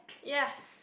yes